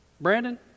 Brandon